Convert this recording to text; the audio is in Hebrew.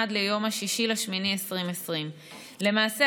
עד ליום 6 באוגוסט 2020. למעשה,